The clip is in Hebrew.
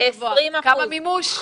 כמה מימוש?